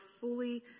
fully